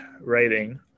writing